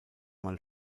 mal